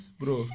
bro